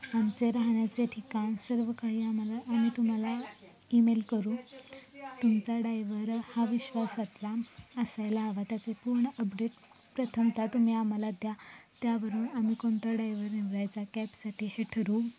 आमचे राहण्याचे ठिकाण सर्व काही आम्हाला आम्ही तुम्हाला ई मेल करू तुमचा डायवर हा विश्वासातला असायला हवा त्याचे पूर्ण अपडेट प्रथमतः तुम्ही आम्हाला द्या त्यावरून आम्ही कोणता डायव्हर निवडायचा कॅबसाठी हे ठरवू